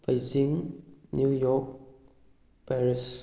Beijing New York Paris